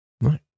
Right